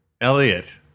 Elliot